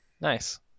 Nice